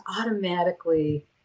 automatically